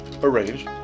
arrange